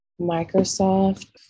Microsoft